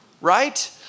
right